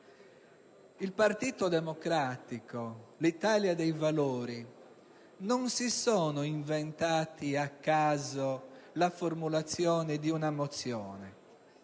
Il Partito Democratico e l'Italia dei Valori non si sono inventati a caso la formulazione di una mozione: